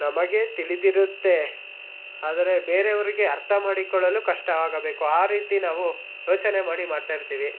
ನಮಗೆ ತಿಳಿದಿರುತ್ತೆ ಆದರೆ ಬೇರೆಯವರಿಗೆ ಅರ್ಥ ಮಾಡಿಕೊಳ್ಳಲು ಕಷ್ಟ ಆಗಬೇಕು ಆ ರೀತಿ ನಾವು ಯೋಚನೆ ಮಾಡಿ ಮಾಡ್ತಾಯಿರ್ತೀವಿ